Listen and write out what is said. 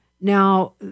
Now